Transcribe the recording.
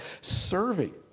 serving